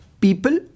people